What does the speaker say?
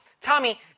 Tommy